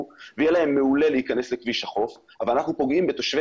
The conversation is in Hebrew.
ויהיה להם מעולה להיכנס לכביש החוף אבל אנחנו פוגעים בתושבי